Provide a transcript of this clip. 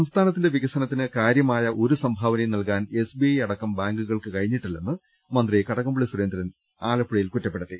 സംസ്ഥാനത്തിന്റെ വികസനത്തിന് കാര്യമായ ഒരു സംഭാവനയും നൽകാൻ എസ്ബിഐ അടക്കം ബാങ്കുകൾക്ക് കഴിഞ്ഞിട്ടില്ലെന്ന് മന്ത്രി കടകംപള്ളി സുരേന്ദ്രൻ ആലപ്പുഴയിൽ കുറ്റപ്പെടുത്തി